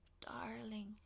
Darling